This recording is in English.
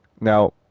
Now